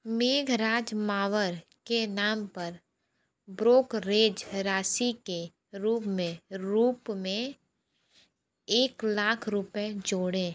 मेघराज मावर के नाम पर ब्रोकरेज राशि के रूप में रूप में एक लाख रुपये जोड़ें